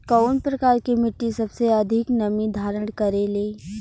कउन प्रकार के मिट्टी सबसे अधिक नमी धारण करे ले?